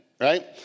right